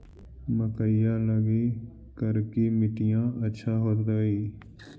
मकईया लगी करिकी मिट्टियां अच्छा होतई